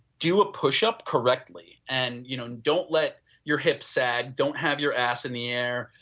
do a push-up correctly and you know don't let your hip sat, don't have your ass in the air.